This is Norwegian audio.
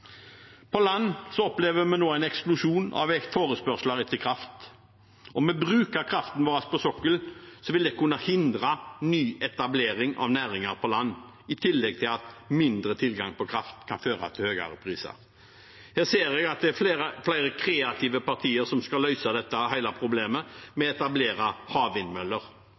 På land opplever vi nå en eksplosjon i forespørsel etter kraft, og om vi bruker kraften vår på sokkelen, vil det kunne hindre nyetablering av næringer på land – i tillegg til at mindre tilgang på kraft kan føre til høyere priser. Jeg ser det er flere kreative partier som skal løse hele dette problemet med å etablere havvindmøller.